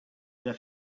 their